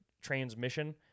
transmission